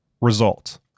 Result